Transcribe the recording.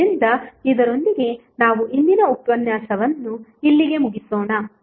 ಆದ್ದರಿಂದ ಇದರೊಂದಿಗೆ ನಾವು ಇಂದಿನ ಉಪನ್ಯಾಸವನ್ನು ಇಲ್ಲಿಗೆ ಮುಗಿಸೋಣ